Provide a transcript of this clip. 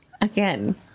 Again